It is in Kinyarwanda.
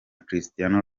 cristiano